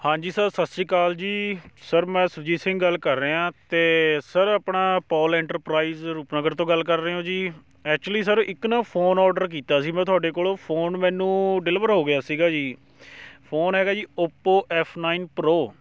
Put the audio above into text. ਹਾਂਜੀ ਸਰ ਸਤਿ ਸ਼੍ਰੀ ਅਕਾਲ ਜੀ ਸਰ ਮੈਂ ਸੁਰਜੀਤ ਸਿੰਘ ਗੱਲ ਕਰ ਰਿਹਾਂ ਅਤੇ ਸਰ ਆਪਣਾ ਪੋਲ ਇੰਟਰਪ੍ਰਾਈਜ਼ ਰੂਪਨਗਰ ਤੋਂ ਗੱਲ ਕਰ ਰਹੇ ਹੋ ਜੀ ਐਕਚੁਲੀ ਸਰ ਇੱਕ ਨਾ ਫੋਨ ਔਡਰ ਕੀਤਾ ਸੀ ਮੈਂ ਤੁਹਾਡੇ ਕੋਲੋਂ ਫੋਨ ਮੈਨੂੰ ਡਿਲੀਵਰ ਹੋ ਗਿਆ ਸੀਗਾ ਜੀ ਫੋਨ ਹੈਗਾ ਜੀ ਓਪੋ ਐੱਫ ਨਾਈਨ ਪ੍ਰੋਅ